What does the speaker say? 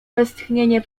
westchnienie